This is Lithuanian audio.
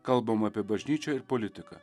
kalbama apie bažnyčią ir politiką